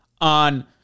on